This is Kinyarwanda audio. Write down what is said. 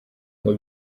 ngo